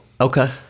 Okay